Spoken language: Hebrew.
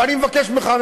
ואני מבקש ממך,